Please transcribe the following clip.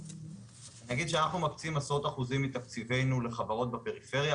אני אגיד שאנחנו מקצים עשרות אחוזים מתקציבינו לחברות בפריפריה.